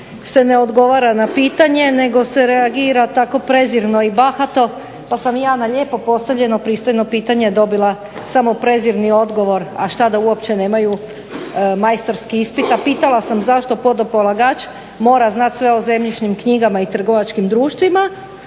se ne odgovara na pitanje nego se reagira tako prezirno i bahato pa sam ja na lijepo postavljeno pristojno pitanje dobila samo prezirni odgovor, a šta da uopće nemaju majstorski ispit. A pitala sam zašto podopolagač mora znati sve o zemljišnim knjigama i trgovačkim društvima